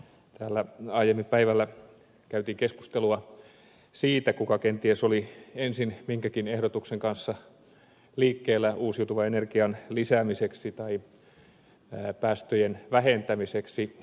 täällä aiemmin päivällä käytiin keskustelua siitä kuka kenties oli ensin minkäkin ehdotuksen kanssa liikkeellä uusiutuvan energian lisäämiseksi tai päästöjen vähentämiseksi